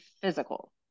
physical